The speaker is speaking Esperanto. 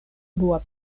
blua